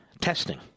testing